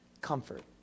comfort